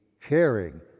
caring